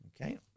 Okay